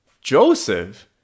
Joseph